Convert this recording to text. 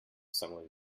somewhere